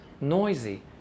noisy